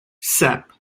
sep